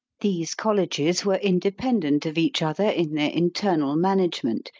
these colleges were independent of each other in their internal management,